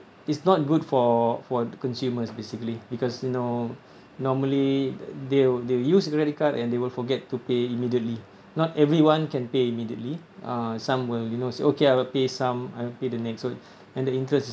it's not good for for consumers basically because you know normally they'll they'll use credit card and they will forget to pay immediately not everyone can pay immediately uh some will you know say okay I'll pay some I'll pay the next one and the interest